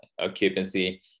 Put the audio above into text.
occupancy